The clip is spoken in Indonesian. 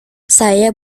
saya